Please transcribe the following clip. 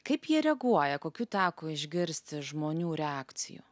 kaip jie reaguoja kokių teko išgirsti žmonių reakcijų